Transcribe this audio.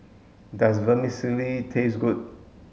does Vermicelli taste good